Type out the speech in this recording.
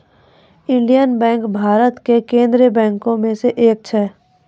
Indian Bank Bharat के केन्द्रीय बैंको मे से एक छै